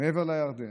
מעבר לירדן.